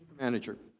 manager.